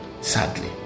Sadly